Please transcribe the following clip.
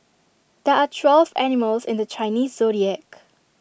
there are twelve animals in the Chinese Zodiac